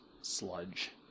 Sludge